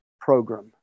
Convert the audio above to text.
program